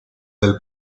del